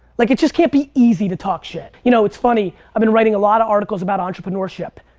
like it just can't be easy to talk shit. you know it's funny. i've been writing a lot of articles about entrepreneurship.